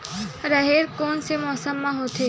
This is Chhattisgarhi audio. राहेर कोन से मौसम म होथे?